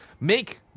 make